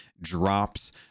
drops